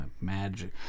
magic